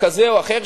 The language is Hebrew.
כזה או אחר,